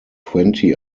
twenty